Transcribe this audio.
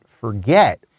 forget